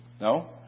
No